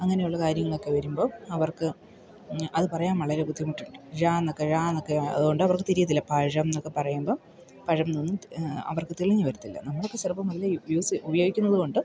അങ്ങനെയുള്ള കാര്യങ്ങളൊക്കെ വരുമ്പോൾ അവർക്ക് അതു പറയാൻ വളരെ ബുദ്ധിമുട്ടുണ്ട് ഴാന്നൊക്കെ ഴാന്നൊക്കെ അതുകൊണ്ട് അവർക്ക് തിരിയത്തില്ല പഴമെന്നൊക്കെ പറയുമ്പോൾ പഴമെന്ന് അവർക്ക് തെളിഞ്ഞു വരത്തില്ല നമ്മളൊക്കെ ചിലപ്പം നല്ല വ്യൂസ് ഉപയോഗിക്കുന്നതു കൊണ്ട്